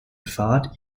pfad